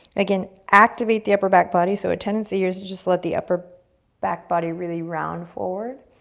again, activate the upper back body. so, a tendency is to just let the upper back body really round forward.